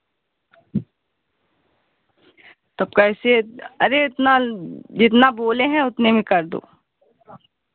तब कैसे अरे इतना जितना बोले हैं उतने में कर दो